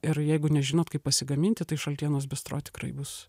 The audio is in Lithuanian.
ir jeigu nežinot kaip pasigaminti tai šaltienos bistro tikrai bus